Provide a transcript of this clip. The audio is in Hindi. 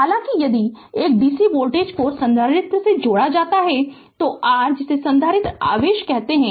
हालाँकि यदि एक dc वोल्टेज को संधारित्र से जोड़ा जाता है तो r जिसे संधारित्र आवेश कहते हैं